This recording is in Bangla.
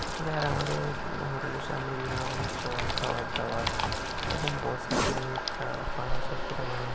এখানে আর আমাদের হোটেলের সামনে বিভিন্নরকম স্টল খাবার দাবার এরকম বসে আপনি চা ফা সব খেতে পারেন